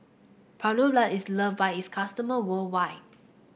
Papulex is loved by its customer worldwide